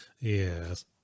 yes